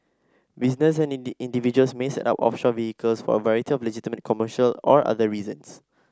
businesses and individuals may set up offshore vehicles for a variety of legitimate commercial or other reasons